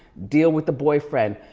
deal with the boyfriend.